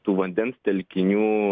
tų vandens telkinių